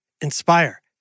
Inspire